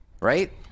Right